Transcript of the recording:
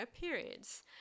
periods